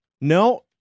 No